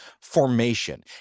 formation